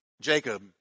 Jacob